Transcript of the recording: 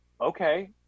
okay